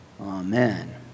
Amen